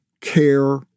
care